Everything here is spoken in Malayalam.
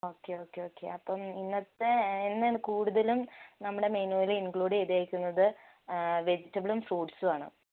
ഓക്കെ ഓക്കെ ഓക്കെ അപ്പം ഇന്നത്തെ ഇന്ന് കൂടുതലും നമ്മുടെ മെനുവിൽ ഇൻക്ലൂഡ് ചെയ്തേക്കുന്നത് വെജിറ്റബിളും ഫ്രൂട്ട്സും ആണ്